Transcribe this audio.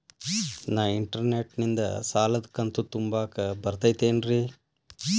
ನಾ ಇಂಟರ್ನೆಟ್ ನಿಂದ ಸಾಲದ ಕಂತು ತುಂಬಾಕ್ ಬರತೈತೇನ್ರೇ?